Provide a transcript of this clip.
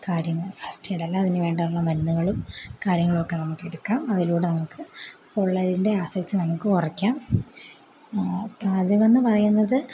കാര്യങ്ങളും ഫർസ്റ്റ് എയ്ഡും അതിന് വേണ്ട മരുന്നുകളും കാര്യങ്ങളൊക്കെ നമുക്കെടുക്കാം അതിലൂടെ നമുക്ക് പൊള്ളലിൻ്റെ ആസക്തി നമുക്ക് കുറയ്ക്കാം പാചകം എന്ന് പറയുന്നത്